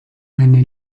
meine